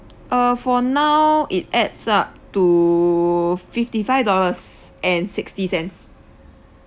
uh for now it adds up to fifty five dollars and sixty cents